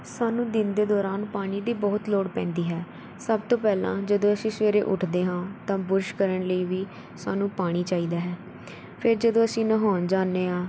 ਸਾਨੂੰ ਦਿਨ ਦੇ ਦੌਰਾਨ ਪਾਣੀ ਦੀ ਬਹੁਤ ਲੋੜ ਪੈਂਦੀ ਹੈ ਸਭ ਤੋਂ ਪਹਿਲਾਂ ਜਦੋਂ ਅਸੀਂ ਸਵੇਰੇ ਉੱਠਦੇ ਹਾਂ ਤਾਂ ਬੁਰਸ਼ ਕਰਨ ਲਈ ਵੀ ਸਾਨੂੰ ਪਾਣੀ ਚਾਹੀਦਾ ਹੈ ਫਿਰ ਜਦੋਂ ਅਸੀਂ ਨਹਾਉਣ ਜਾਂਦੇ ਹਾਂ